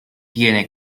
tiene